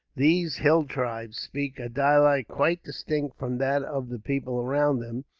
these hill tribes speak a dialect quite distinct from that of the people around them,